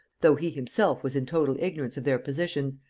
though he himself was in total ignorance of their positions,